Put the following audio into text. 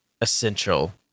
essential